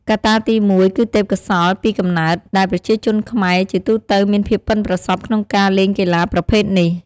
កត្តាទីមួយគឺទេពកោសល្យពីកំណើត ដែលប្រជាជនខ្មែរជាទូទៅមានភាពប៉ិនប្រសប់ក្នុងការលេងកីឡាប្រភេទនេះ។